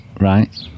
Right